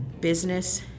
business